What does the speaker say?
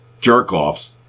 jerk-offs